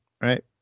right